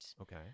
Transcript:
Okay